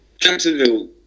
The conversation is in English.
Jacksonville